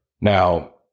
now